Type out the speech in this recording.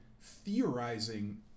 theorizing